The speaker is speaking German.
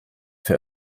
für